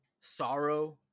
sorrow